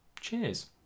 Cheers